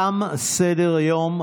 תם סדר-היום.